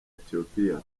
ethiopia